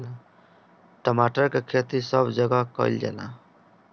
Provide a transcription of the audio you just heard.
टमाटर के खेती सब जगह कइल जाला